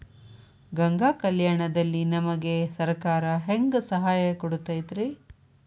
ಗಂಗಾ ಕಲ್ಯಾಣ ದಲ್ಲಿ ನಮಗೆ ಸರಕಾರ ಹೆಂಗ್ ಸಹಾಯ ಕೊಡುತೈತ್ರಿ?